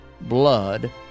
blood